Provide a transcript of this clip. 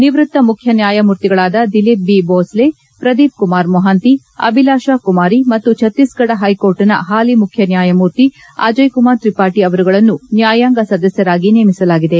ನಿವೃತ್ತ ಮುಖ್ಯ ನ್ಯಾಯಮೂರ್ತಿಗಳಾದ ದಿಲೀಪ್ ಬಿ ಭೋಸ್ಲೆ ಪ್ರದೀಪ್ ಕುಮಾರ್ ಮೊಹಾಂತಿ ಅಭಿಲಾಷಾ ಕುಮಾರಿ ಮತ್ತು ಛತ್ತೀಸ್ಗಢ ಹೈಕೋರ್ಟ್ನ ಹಾಲಿ ಮುಖ್ಯ ನ್ಯಾಯಮೂರ್ತಿ ಅಜಯ್ ಕುಮಾರ್ ತ್ರಿಪಾಠಿ ಅವರುಗಳನ್ನು ನ್ಯಾಯಾಂಗ ಸದಸ್ವರಾಗಿ ನೇಮಿಸಲಾಗಿದೆ